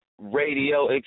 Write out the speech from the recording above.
radio